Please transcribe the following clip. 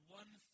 one